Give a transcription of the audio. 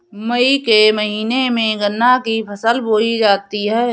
मई के महीने में गन्ना की फसल बोई जाती है